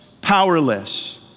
powerless